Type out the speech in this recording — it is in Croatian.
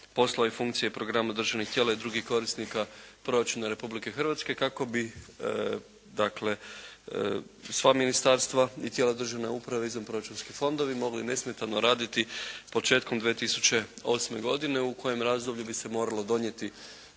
poslova i funkcija programa državnih tijela i drugih korisnika proračuna Republike Hrvatske kako bi dakle sva ministarstva i tijela državne uprave izvanproračunski fondovi mogli nesmetano raditi početkom 2008. godine u kojem razdoblju bi se moralo donijeti